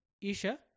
Isha